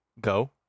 Go